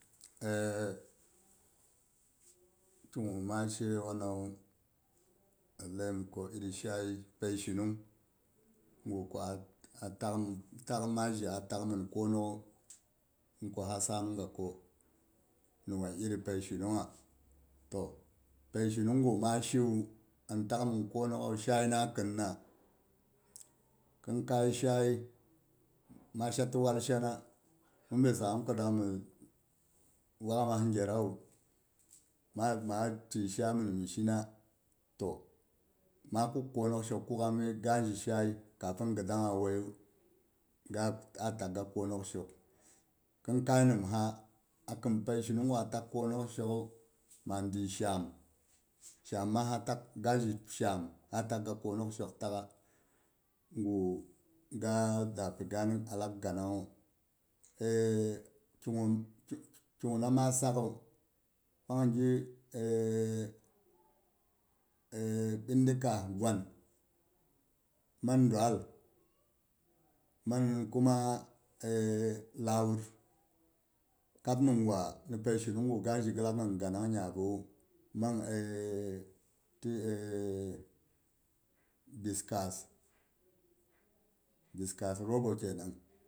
ki guh ma she wanawu ti laiyim ko iri shay, paishinung guh ku a t- takhmin ma ji a takhmin konokhu mhi ko ha samgah ko ni wan iri paishinung ha. To pai shinung ma shiwu an takh min konokha wu shay na khinna, khinkai shay ma sha ti wa shana mhin bai sammang ku dang mi wakmas gyat dawu ma man tuwi shay mhn mhi shin to ma kuk konok shok kukha mhi shay kafi ghi da'angha a waiyu ga a takh ga konok shok kukha mhi shay kafi ghi da'angha a waiyu ga a takh ga konok shokh, khin kai nimsa a khin pai shinung gwa kab a takh konok shok ha, ma duwi shaan shaam ma ha takh, ga ji shaam a takh koni shok takha guh ga a da pig ga'an a lakh garang hu ki gu- ki gu h na ma sakhu panggu ɓindi kaas gwan man duall man kuma lawur kab nimgwa ni pai shinung guh ga ji ghi lak ihn ganang nyabiwu mang ti bis kaas bis kaas rogo kenang.